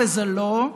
וזה לא.